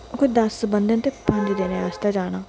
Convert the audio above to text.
कोई दस बंदे न ते पंज दिनें आस्तै जाना